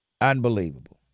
Unbelievable